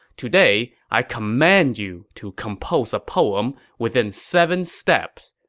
today, i command you to compose a poem within seven steps.